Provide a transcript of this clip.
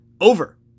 Over